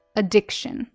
addiction